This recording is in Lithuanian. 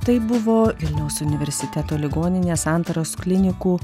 tai buvo vilniaus universiteto ligoninės santaros klinikų